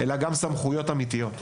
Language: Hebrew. אלא גם סמכויות אמיתיות.